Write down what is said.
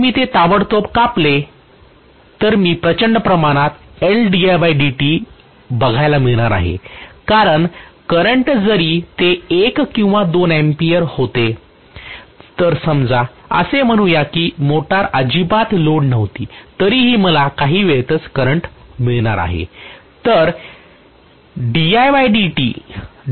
जर मी ते ताबडतोब कापले तर मी प्रचंड प्रमाणात बघायला मिळणार आहे कारण करंट जरी ते एक किंवा दोन अँपिअर होते तर समजा असे म्हणूया कि मोटार अजिबात लोड नव्हती तरीही मला काही वेळेतच करंट मिळणार आहे